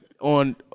on